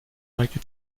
meike